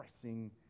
pressing